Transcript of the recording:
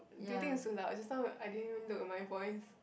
do you think it's too loud just now I didn't even look at my voice